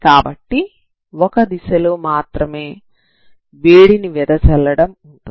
కాబట్టి ఒక దిశలో మాత్రమే వేడిని వెదజల్లడం ఉంటుంది